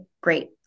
great